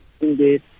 indeed